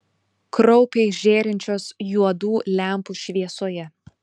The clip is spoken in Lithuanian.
kraupiai žėrinčios juodų lempų šviesoje